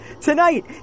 tonight